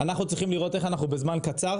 אנחנו צריכים לראות איך אנחנו בזמן קצר